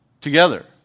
together